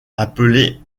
appelée